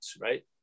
right